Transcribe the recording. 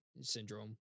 Syndrome